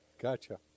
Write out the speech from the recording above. Gotcha